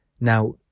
Now